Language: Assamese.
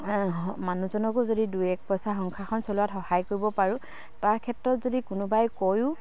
মানুহজনকো যদি দুই এক পইচা সংসাৰখন চলোৱাত সহায় কৰিব পাৰোঁ তাৰ ক্ষেত্ৰত যদি কোনোবাই কয়ো